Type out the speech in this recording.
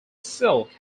silk